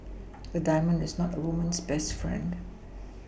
a diamond is not a woman's best friend